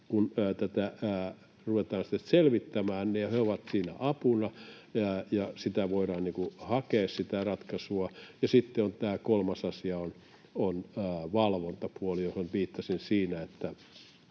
kun tätä ruvetaan sitten selvittämään, niin he ovat siinä apuna ja voidaan hakea sitä ratkaisua. Ja sitten kolmas asia on tämä valvontapuoli, johon viittasin sillä,